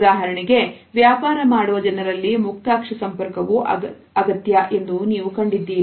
ಉದಾಹರಣೆಗೆ ವ್ಯಾಪಾರ ಮಾಡುವ ಜನರಲ್ಲಿ ಮುಕ್ತ ಅಕ್ಷಿ ಸಂಪರ್ಕವೂ ಅತ್ಯಗತ್ಯ ಎಂದು ನೀವು ಕಂಡಿದ್ದೀರಿ